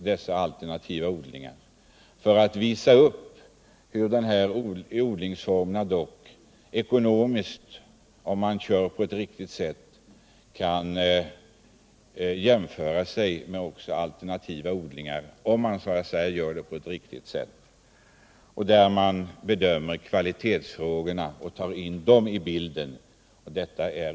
Det gäller att visa huruvida dessa odlingsformer ekonomiskt kan jämföras med konventionella odlingsformer. Det är också oerhört viktigt att föra in kvalitetsfrågorna i bilden.